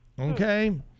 okay